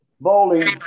bowling